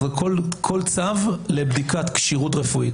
כל צו לבדיקת כשירות רפואית.